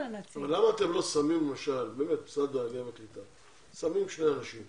למה משרד העלייה והקליטה לא שם שני אנשים